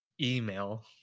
email